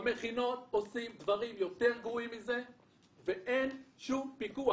במכינות עושים דברים יותר גרועים מזה ואין שום פיקוח.